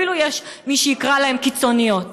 אפילו יש מי שיקרא להן "קיצוניות".